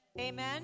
amen